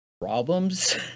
problems